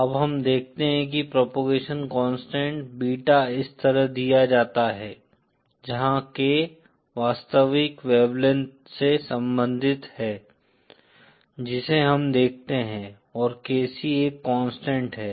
अब हम देखते हैं कि प्रोपोगेशन कांस्टेंट बीटा इस तरह दिया जाता है जहाँ K वास्तविक वेवलेंथ से संबंधित है जिसे हम देखते हैं और KC एक कांस्टेंट है